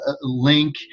link